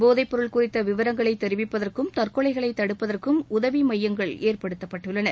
போதைப் பொருள் குறித்த விவரங்களை தெரிவிப்பதற்கும் தற்கொலைகளை தடுப்பதற்கும் உதவி மையங்கள் ஏற்படுத்தப்பட்டுள்ளன